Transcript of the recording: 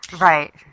Right